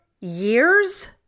years